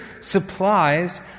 supplies